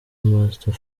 master